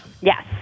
Yes